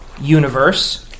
universe